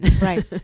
Right